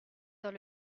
dans